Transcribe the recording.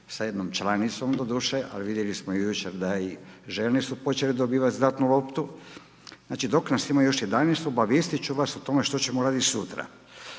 sa jednom članicom, doduše, ali vidjeli smo jučer da i žene su počele dobivati zlatnu loptu. Znači, dok nas ima još 11 obavijestiti ću vas o tome što ćemo raditi sutra.